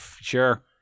Sure